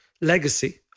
legacy